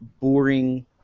boring